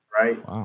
right